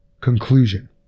conclusion